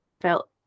felt